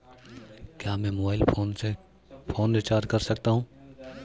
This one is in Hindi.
क्या मैं मोबाइल फोन से फोन रिचार्ज कर सकता हूं?